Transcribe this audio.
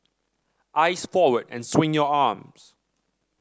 eyes forward and swing your arms